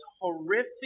horrific